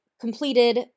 completed